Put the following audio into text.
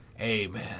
amen